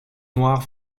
noir